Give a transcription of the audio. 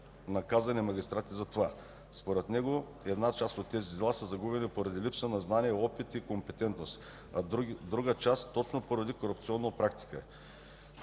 наказани магистрати за това. Според него една част от тези дела са загубени поради липса на знания, опит и компетентност, а друга част точно поради корупционна практика.